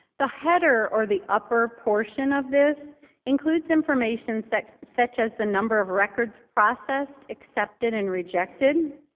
the header or the upper portion of this includes information such such as the number of records processed, accepted and rejected.